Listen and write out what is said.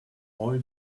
all